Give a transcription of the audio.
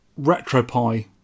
RetroPie